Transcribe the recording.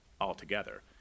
altogether